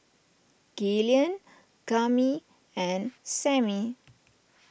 Gillian Cami and Samie